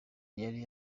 yari